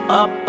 up